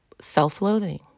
self-loathing